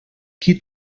qui